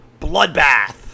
bloodbath